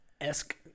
esque